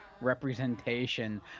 Representation